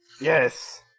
Yes